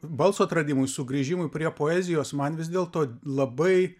balso atradimui sugrįžimui prie poezijos man vis dėlto labai